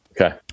Okay